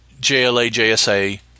JLA-JSA